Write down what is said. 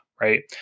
Right